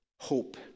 hope